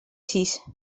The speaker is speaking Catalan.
sis